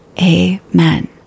Amen